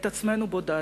את עצמנו בודדנו.